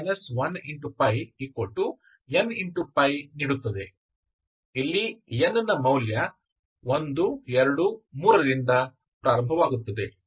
ಇಲ್ಲಿ n ನ ಮೌಲ್ಯ 1 2 3 ರಿಂದ ಪ್ರಾರಂಭವಾಗುತ್ತದೆ